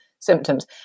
symptoms